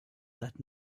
that